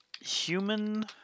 Human